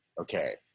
okay